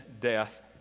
death